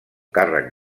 càrrec